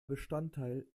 bestandteil